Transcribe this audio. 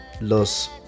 Los